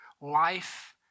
Life